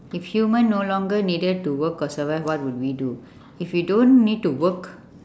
if human no longer needed to work or survive what would we do if we don't need to work